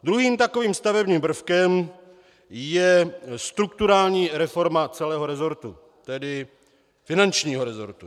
Druhým takovým stavebním prvkem je strukturální reforma celého resortu, tedy finančního resortu.